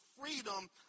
freedom